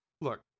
look